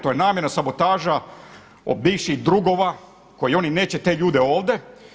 To je namjerna sabotaža od bivših drugova koje oni neće te ljude ovde.